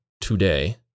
today